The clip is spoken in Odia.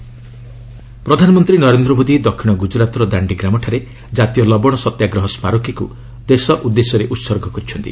ପିଏମ୍ ଦାଣ୍ଡି ମେମୋରିଆଲ ପ୍ରଧାନମନ୍ତ୍ରୀ ନରେନ୍ଦ୍ର ମୋଦି ଦକ୍ଷିଣ ଗୁଜରାତର ଦାଣ୍ଡିଗ୍ରାମଠାରେ ଜାତୀୟ ଲବଣ ସତ୍ୟାଗ୍ରହ ସ୍କାରକୀକୁ ଦେଶ ଉଦ୍ଦେଶ୍ୟରେ ଉତ୍ସର୍ଗ କରିଛନ୍ତି